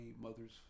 mother's